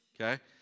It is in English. Okay